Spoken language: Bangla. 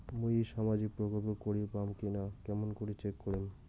মুই সামাজিক প্রকল্প করির পাম কিনা কেমন করি চেক করিম?